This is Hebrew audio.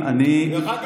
דרך אגב,